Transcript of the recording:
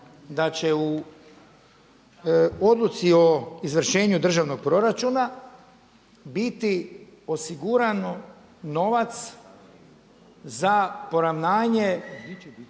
da će u odluci o izvršenju državnog proračuna biti osigurano novac za poravnanje